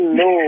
no